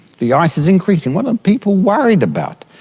the ice is increasing, what are people worried about?